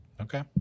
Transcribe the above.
Okay